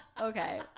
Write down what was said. Okay